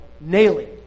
nailing